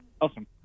Awesome